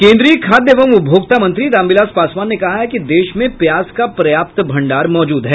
केंद्रीय खाद्य एवं उपभोक्ता मंत्री रामविलास पासवान ने कहा है कि देश में प्याज का पर्याप्त भंडार मौजूद है